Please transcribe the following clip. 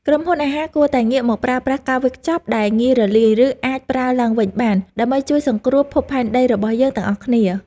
ក្រុមហ៊ុនអាហារគួរតែងាកមកប្រើប្រាស់ការវេចខ្ចប់ដែលងាយរលាយ ឬអាចប្រើឡើងវិញបាន ដើម្បីជួយសង្គ្រោះភពផែនដីរបស់យើងទាំងអស់គ្នា។